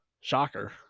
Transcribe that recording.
Shocker